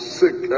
sick